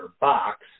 box